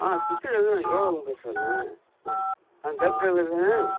சிக்கலில் இருந்து நான் லோகநாதன் பேசுறங்க கேப் ட்ரைவர் தான